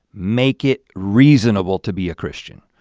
make it reasonable to be a christian,